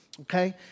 okay